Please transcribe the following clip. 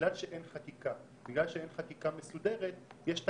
בגלל שאין חקיקה מסודרת, יש תקנות.